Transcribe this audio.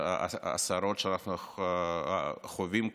הסערות שאנחנו חווים כאן,